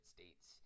States